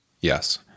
Yes